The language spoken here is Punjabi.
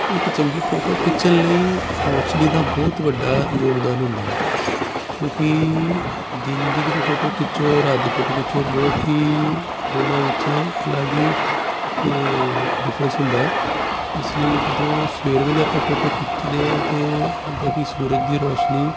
ਇੱਕ ਚੰਗੀ ਫੋਟੋ ਖਿੱਚਣ ਲਈ ਰੋਸ਼ਨੀ ਦਾ ਬਹੁਤ ਵੱਡਾ ਯੋਗਦਾਨ ਹੁੰਦਾ ਕਿਉਂਕਿ ਦਿਨ ਦੀ ਜਦੋਂ ਫੋਟੋ ਖਿੱਚੋ ਰਾਤ ਦੀ ਫੋਟੋ ਖਿੱਚੋ ਬਹੁਤ ਹੀ ਦੋਨਾਂ ਵਿੱਚ ਅਲੱਗ ਹੀ ਇੱਕ ਡਿਫਰੈਂਸ ਹੁੰਦਾ ਇਸ ਲਈ ਜਦੋਂ ਸਵੇਰ ਵੇਲੇ ਆਪਾਂ ਫੋਟੋ ਖਿੱਚਦੇ ਹਾਂ ਅਤੇ ਜਿੱਦਾਂ ਕਿ ਸੂਰਜ ਦੀ ਰੋਸ਼ਨੀ